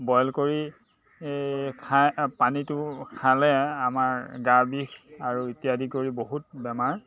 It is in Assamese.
বইল কৰি খাই পানীটো খালে আমাৰ গা বিষ আৰু ইত্যাদি কৰি বহুত বেমাৰ